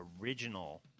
original